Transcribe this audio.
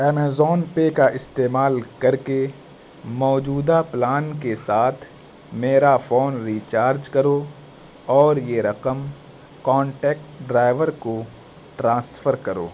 Amazon pay کا استعمال کر کے موجودہ پلان کے ساتھ میرا فون ریچارج کرو اور یہ رقم کانٹیکٹ ڈرائیور کو ٹرانسفر کرو